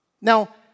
Now